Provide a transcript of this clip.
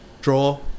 draw